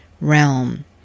realm